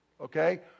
okay